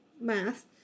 Math